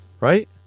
right